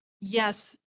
yes